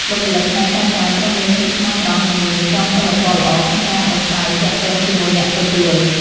បុគ្គលិកផ្នែកចែកចាយត្រូវមានភាពស្មោះត្រង់ និងមានក្រមសីលធម៌ល្អក្នុងការប្រាស្រ័យទាក់ទងជាមួយអ្នកទទួល។